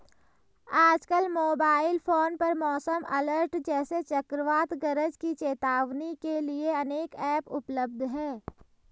आजकल mobile phone पर मौसम अलर्ट जैसे चक्रवात गरज की चेतावनी के लिए अनेक ऐप उपलब्ध है